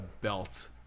belt